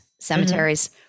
cemeteries